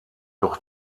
doch